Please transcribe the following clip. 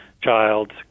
child